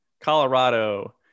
Colorado